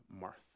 Martha